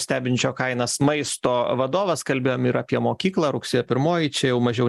stebinčio kainas maisto vadovas kalbėjom ir apie mokyklą rugsėjo pirmoji čia jau mažiau